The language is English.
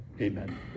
Amen